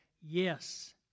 yes